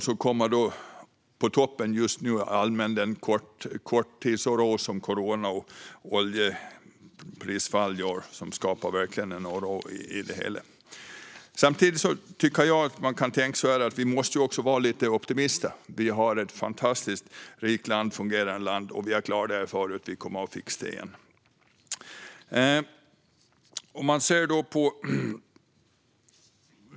På toppen kommer just nu dessutom den allmänna korttidsoro som corona och oljeprisfallet skapar. Samtidigt tycker jag att vi måste vara lite optimistiska. Vi har ett fantastiskt rikt och fungerande land. Vi har klarat det förut, och vi kommer att fixa det igen.